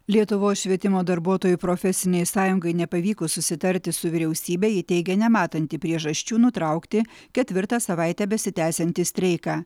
lietuvos švietimo darbuotojų profesinei sąjungai nepavykus susitarti su vyriausybe ji teigia nematanti priežasčių nutraukti ketvirtą savaitę besitęsiantį streiką